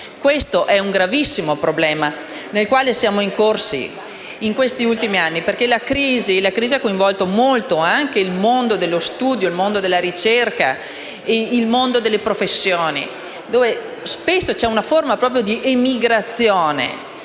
Questo è un gravissimo problema nel quale siamo incorsi negli ultimi anni perché la crisi ha coinvolto molto anche il mondo dello studio, della ricerca e delle professioni, dove spesso c'è una forma di emigrazione,